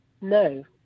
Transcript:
no